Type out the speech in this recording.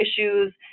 issues